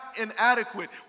inadequate